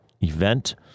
event